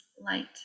light